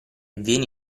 vieni